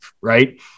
right